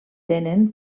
tenen